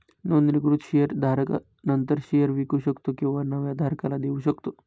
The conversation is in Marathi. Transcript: नोंदणीकृत शेअर धारक नंतर शेअर विकू शकतो किंवा नव्या धारकाला देऊ शकतो